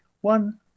One